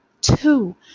Two